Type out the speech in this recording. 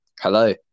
hello